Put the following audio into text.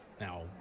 Now